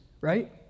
right